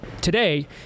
Today